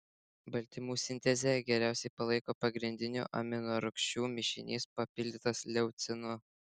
baltymų sintezę geriausiai palaiko pagrindinių aminorūgščių mišinys papildytas leucinu